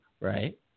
Right